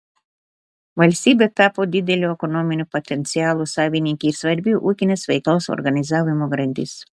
valstybė tapo didelio ekonominio potencialo savininkė ir svarbi ūkinės veiklos organizavimo grandis